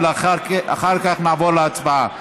ולאחר כך נעבור להצבעה.